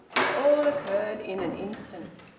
it all occurred in an instant.